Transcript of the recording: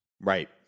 Right